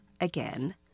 again